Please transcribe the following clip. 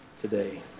today